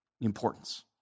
importance